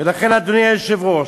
ולכן, אדוני היושב-ראש,